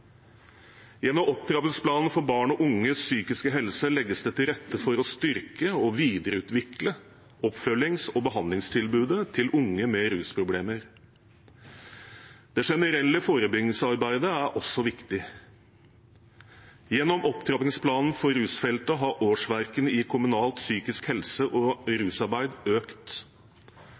unges psykiske helse legges det til rette for å styrke og videreutvikle oppfølgings- og behandlingstilbudet til unge med rusproblemer. Det generelle forebyggingsarbeidet er også viktig. Gjennom opptrappingsplanen for rusfeltet har årsverkene i kommunalt psykisk helse- og rusarbeid økt,